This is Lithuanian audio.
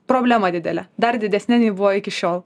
problema didele dar didesne nei buvo iki šiol